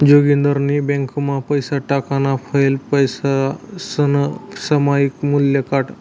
जोगिंदरनी ब्यांकमा पैसा टाकाणा फैले पैसासनं सामायिक मूल्य काढं